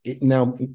now